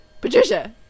Patricia